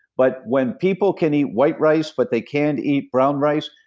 but when people can eat white rice but they can't eat brown rice,